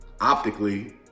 optically